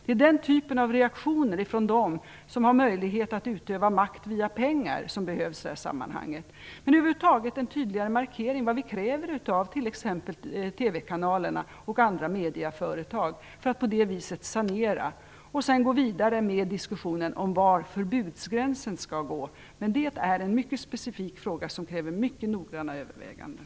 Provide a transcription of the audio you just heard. Det är den typen av reaktioner från dem som har möjlighet att utöva makt via pengar som behövs i sammanhanget. Över huvud taget krävs en tydligare markering av vad vi kräver av t.ex. TV-kanalerna och andra medieföretag för att på det viset sanera och sedan gå vidare med diskussionen var förbudsgränsen skall gå. Men det är en mycket specifik fråga, som kräver mycket noggranna överväganden.